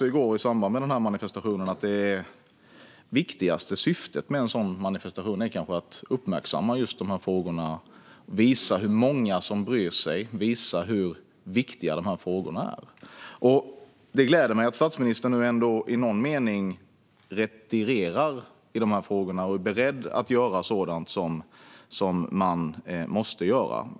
I samband med manifestationen i går sa jag också att det viktigaste syftet med en sådan manifestation kanske är att uppmärksamma just de frågorna, att visa hur många som bryr sig och hur viktiga frågorna är. Det gläder mig att statsministern i någon mening ändå retirerar och är beredd att göra sådant som måste göras.